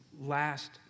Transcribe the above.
last